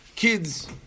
Kids